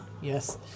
Yes